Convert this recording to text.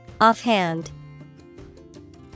Offhand